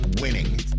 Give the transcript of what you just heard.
winning